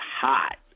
hot